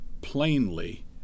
plainly